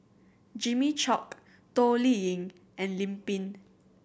Jimmy Chok Toh Liying and Lim Pin